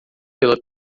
pela